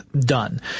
done